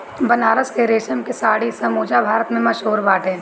बनारस के रेशम के साड़ी समूचा भारत में मशहूर बाटे